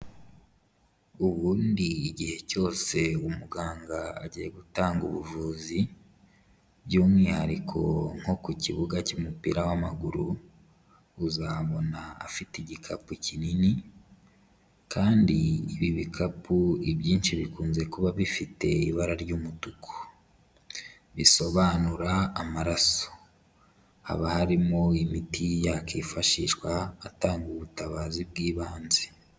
Ubundi igihe cyose umuganga agiye gutanga ubuvuzi by'umwihariko nko ku kibuga cy'umupira w'amaguru, uzabona afite igikapu kinini kandi ibi bikapu ibyinshi bikunze kuba bifite ibara ry'umutuku, bisobanura amaraso. Haba harimo imiti yakifashishwa atanga ubutabazi bw'ibanze.